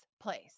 place